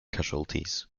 casualties